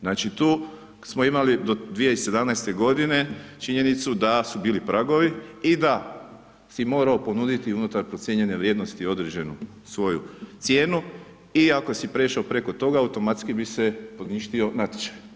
Znači tu smo imali do 2017. godine činjenicu da su bili pragovi i da si morao ponuditi unutar procijenjene vrijednosti određenu svoju cijenu i ako si prošao preko toga automatski bi se poništio natječaj.